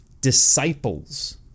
disciples